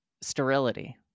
sterility